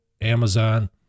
Amazon